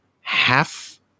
half